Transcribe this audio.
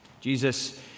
Jesus